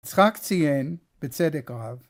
יצחק ציין, בצדק רב